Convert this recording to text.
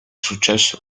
successo